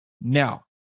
Now